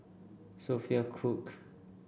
Sophia Cooke